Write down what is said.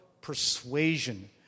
persuasion